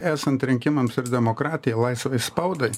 esant rinkimams ir demokratijai laisvai spaudai